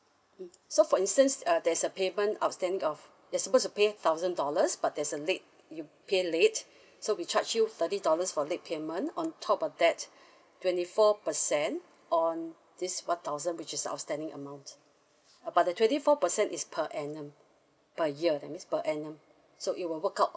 so for instance uh there's a payment outstanding of you're supposed to pay thousand dollars but there's a late you pay late so we charge you thirty dollars for late payment on top of that twenty four percent on this [one] thousand which is the outstanding amount uh but the twenty four percent is per annum per year that means per annum so it will work out